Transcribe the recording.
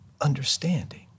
understanding